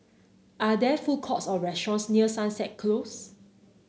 are there food courts or restaurants near Sunset Close